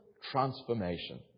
transformation